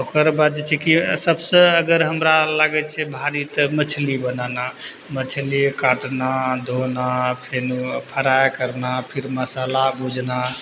ओकर बाद जे छै कि सब से अगर हमरा लगय छै भारी तऽ मछली बनाना मछली काटना धोना फिर फ्राइ करना फिर मसाला भुजना